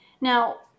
now